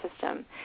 system